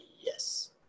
Yes